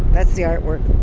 that's the artwork.